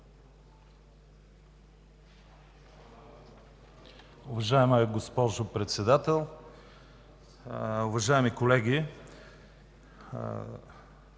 Уважаема госпожо Председател, уважаеми колеги!